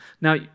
Now